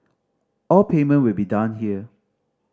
all payment will be done here